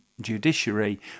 judiciary